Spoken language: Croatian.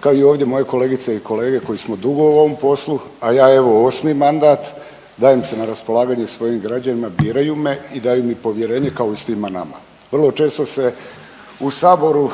kao i ovdje moje kolegice i kolege koji smo dugo u ovom poslu, a ja evo osmi mandat dajem se na raspolaganje svojim građanima biraju me i daju mi povjerenje kao i svima nama. Vrlo često se u Saboru